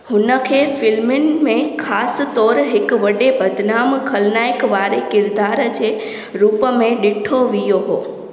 हुन खे फ़िल्मुनि में खासि तौरु हिक वॾे बदिनाम खलनायक वारे किरिदार जे रूप में ॾिठो वियो हो